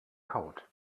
kaut